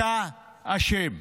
אתה אשם.